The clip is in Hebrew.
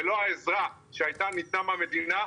ללא העזרה שהייתה מטעם המדינה,